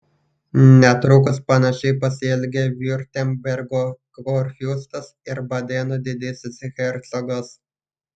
netrukus panašiai pasielgė viurtembergo kurfiurstas ir badeno didysis hercogas